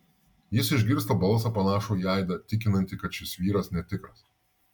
jis išgirsta balsą panašų į aidą tikinantį kad šis vyras netikras